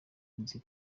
nzi